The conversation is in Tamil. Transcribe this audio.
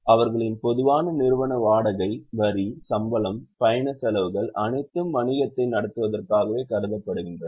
அவர்களின் பொதுவான நிறுவன வாடகை வரி சம்பளம் பயணச் செலவுகள் அனைத்தும் வணிகத்தை நடத்துவதற்காகவே கருதப்படுகின்றன